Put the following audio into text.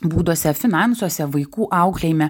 būduose finansuose vaikų auklėjime